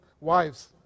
wives